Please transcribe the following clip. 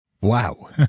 Wow